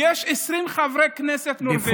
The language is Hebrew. כי יש 20 חברי כנסת נורבגים.